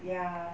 ya